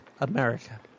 America